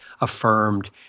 affirmed